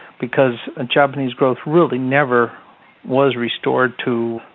because and japanese growth really never was restored to